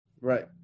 right